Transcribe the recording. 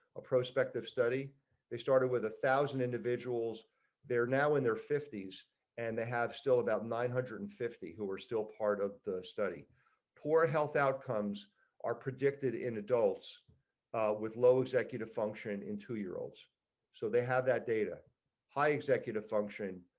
a prospective study they started with a one thousand individuals they're now in their fifty s and they have still about nine hundred and fifty who are still part of the study poor health outcomes are predicted in adults with low executive function in two year-old so they have that data high executive function.